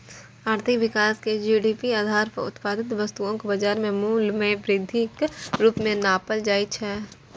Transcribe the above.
आर्थिक विकास कें जी.डी.पी आधार पर उत्पादित वस्तुक बाजार मूल्य मे वृद्धिक रूप मे नापल जाइ छै